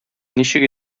ничек